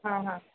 हां हां